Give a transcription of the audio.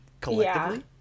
collectively